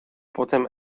potem